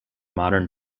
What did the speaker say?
modern